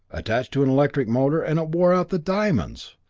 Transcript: attached to an electric motor, and it wore out the diamonds.